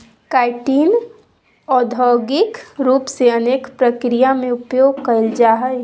chitin औद्योगिक रूप से अनेक प्रक्रिया में उपयोग कइल जाय हइ